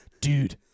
Dude